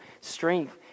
strength